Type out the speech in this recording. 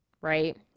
right